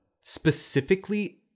specifically